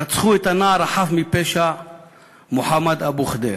רצחו את הנער החף מפשע מוחמד אבו ח'דיר,